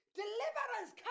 deliverance